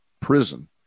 prison